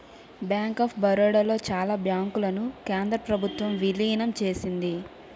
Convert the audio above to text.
bank of Baroda లో చాలా బ్యాంకులను కేంద్ర ప్రభుత్వం విలీనం చేసింది